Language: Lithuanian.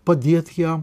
padėt jam